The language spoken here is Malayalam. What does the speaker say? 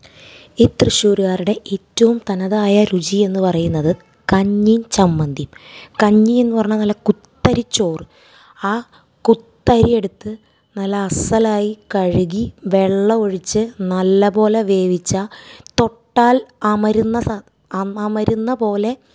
ഈ തൃശ്ശൂര്കാരുടെ ഏറ്റവും തനതായ രുചീ എന്ന് പറയുന്നത് കഞ്ഞീം ചമ്മന്തീം കഞ്ഞീന്ന് പറഞ്ഞാൽ നല്ല കുത്തരിച്ചോറ് ആ കുത്തരിയെടുത്ത് നല്ല അസ്സലായി കഴുകി വെള്ളം ഒഴിച്ച് നല്ല പോലെ വേവിച്ച തൊട്ടാൽ അമരുന്ന സാ അമരുന്ന പോലെ